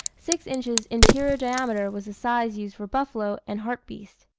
six inches interior diameter was the size used for buffalo and hartebeest.